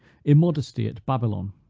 immodesty at babylon.